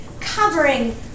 covering